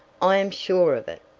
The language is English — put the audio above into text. i am sure of it.